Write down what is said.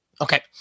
Okay